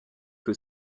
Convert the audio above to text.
que